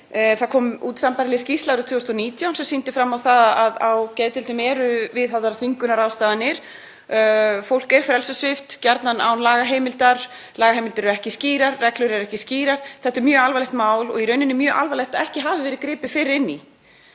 Það kom út sambærileg skýrsla árið 2019 sem sýndi fram á að á geðdeildum eru viðhafðar þvingunarráðstafanir. Fólk er frelsissvipt, gjarnan án lagaheimildar. Lagaheimildir eru ekki skýrar. Reglur eru ekki skýrar. Þetta er mjög alvarlegt mál og í rauninni mjög alvarlegt að ekki hafi verið gripið fyrr inn í.